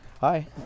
Hi